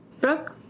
Brooke